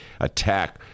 attack